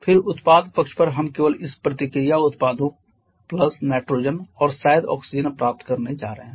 फिर उत्पाद पक्ष पर हम केवल इस प्रतिक्रिया उत्पादों प्लस नाइट्रोजन और शायद ऑक्सीजन प्राप्त करने जा रहे हैं